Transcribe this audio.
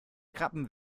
krabben